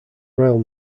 royal